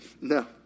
No